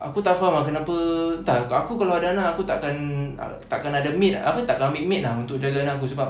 aku tak faham ah kenapa entah aku kalau ada anak aku tak akan tak akan ada maid aku tak akan ambil maid untuk jaga anak aku sebab